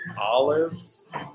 olives